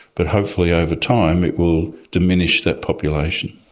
but hopefully over time it will diminish that population.